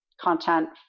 content